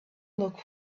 look